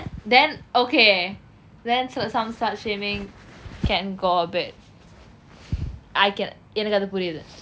then okay then so some slut shaming can go a bit I can எனக்கு அது புரியுது:enakku athu puriyuthu